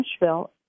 Nashville